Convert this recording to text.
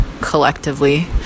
collectively